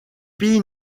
pays